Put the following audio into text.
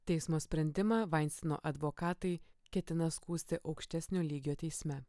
teismo sprendimą veinsteino advokatai ketina skųsti aukštesnio lygio teisme